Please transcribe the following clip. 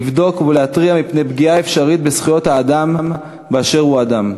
לבדוק ולהתריע מפני פגיעה אפשרית בזכויות האדם באשר הוא אדם.